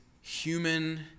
human